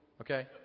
okay